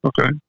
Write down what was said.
Okay